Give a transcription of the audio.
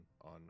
on